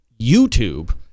YouTube